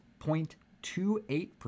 0.28%